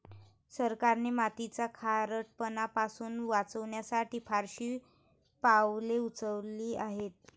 सरकारने मातीचा खारटपणा पासून वाचवण्यासाठी फारशी पावले उचलली आहेत